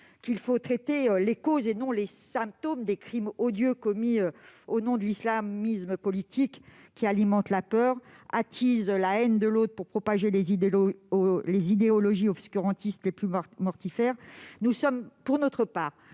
qu'il faut traiter les causes et non les symptômes des crimes odieux commis au nom de l'islamisme politique, qui alimente la peur et attise la haine de l'autre pour propager les idéologies obscurantistes les plus mortifères, nous sommes convaincus, pour